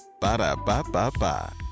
Ba-da-ba-ba-ba